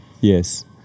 Yes